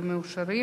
(נציגי הכנסת בוועדת המינויים),